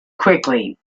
quickly